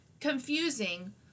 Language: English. confusing